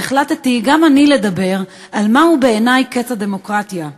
אז החלטתי גם אני לדבר על מהו בעיני קץ הדמוקרטיה.